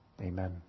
Amen